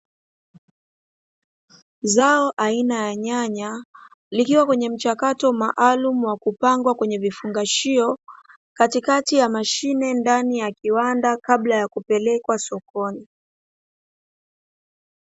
Zao aina ya nyanya likiwa kwenye mchakato maalumu wa kupangwa kwenye vifungashio, katikati ya mashine ndani ya kiwanda kabla ya kupelekwa sokoni.